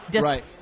Right